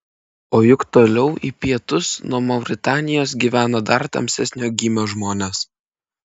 o juk toliau į pietus nuo mauritanijos gyvena dar tamsesnio gymio žmonės